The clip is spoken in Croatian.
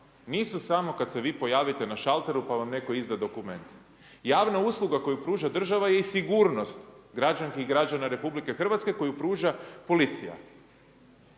nisu samo kad se vi pojavite na šalteru pa vam netko izda dokument. Javna usluga koju pruža država je i sigurnost građanki i građana RH koju pruža policija.